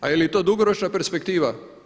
A je li to dugoročna perspektiva?